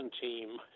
team